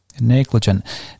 Negligent